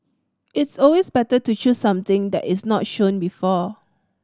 it's always better to choose something that is not shown before